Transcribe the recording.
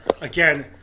Again